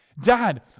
Dad